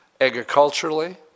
agriculturally